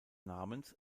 namens